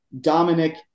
Dominic